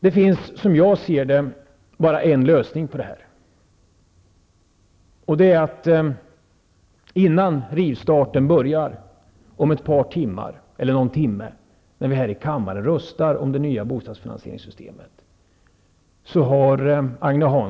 Det finns, som jag ser det, bara en lösning på det här, och det är att nu, innan rivstarten börjar om någon timme, hoppa av när vi här i kammaren röstar om det nya bostadsfinansieringssystemet.